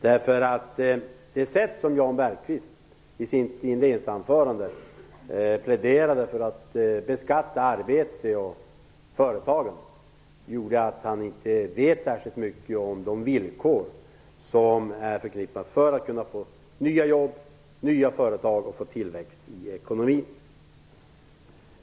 Det sätt på vilket Jan Bergqvist i sitt inledningsanförande pläderade att vi skall beskatta arbete och företagen gjorde att jag insåg att han inte vet särskilt mycket om de villkor gäller för att skapa nya jobb, nya företag och tillväxt i ekonomin.